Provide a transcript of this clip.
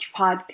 Podcast